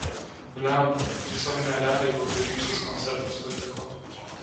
blemba nu tiesiog nerealiai vakarykštis koncertas patiko